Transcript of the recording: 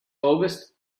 august